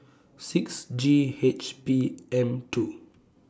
six G H P M two